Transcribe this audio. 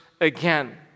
again